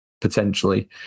potentially